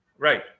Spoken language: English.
Right